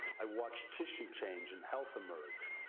i watched tissues change and health emerge.